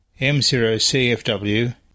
M0CFW